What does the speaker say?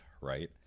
right